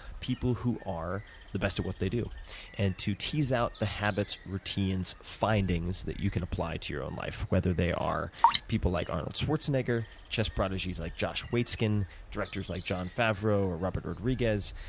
people who are the best at what they do and to tease out the habits, routines, findings that you can apply to your own life, whether they are people like arnold schwarzenegger, chess prodigies like josh waitzkin, directors like jon favreau or robert rodriguez,